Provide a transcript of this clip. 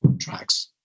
tracks